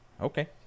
Okay